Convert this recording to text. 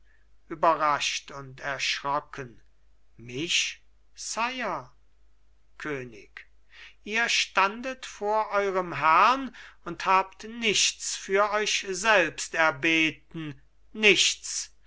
überrascht und erschrocken mich sire könig ihr standet vor eurem herrn und habt nichts für euch selbst erbeten nichts